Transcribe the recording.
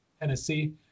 Tennessee